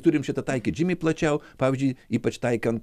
turim šitą taikyt žymiai plačiau pavyzdžiui ypač taikant